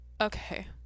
Okay